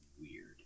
weird